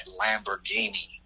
Lamborghini